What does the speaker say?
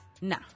nah